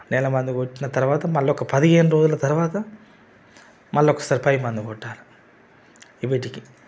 నెల మందు కొట్టిన తర్వాత మళ్ళా ఒక పదిహేను రోజుల తర్వాత మళ్ళా ఒకసారి పైప్ మందు కొట్టాల వీటికి